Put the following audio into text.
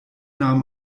nahm